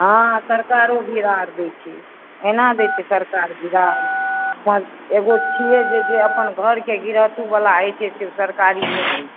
हँ सरकारो बिया आर दैत छै एना दैत छै सरकार बिआ एगो अपन घरके गिरहथवला होइत छै से सरकारी नहि होइत छै